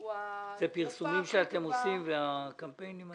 אלה פרסומים שאתם עושים בקמפיינים האלה?